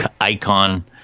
icon